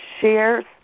shares